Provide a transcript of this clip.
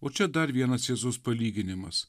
o čia dar vienas jėzaus palyginimas